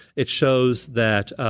it shows that.